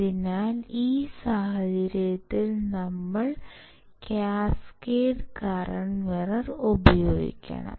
അതിനാൽ ഈ സാഹചര്യത്തിൽ നമ്മൾ കാസ്കേഡ് കറന്റ് മിറർ ഉപയോഗിക്കണം